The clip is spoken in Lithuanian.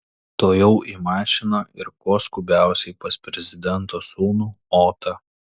tuojau į mašiną ir kuo skubiausiai pas prezidento sūnų otą